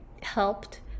helped